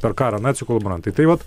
per karą nacių kolaborantai tai vat